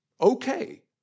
okay